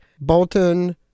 Bolton